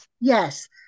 Yes